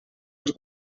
els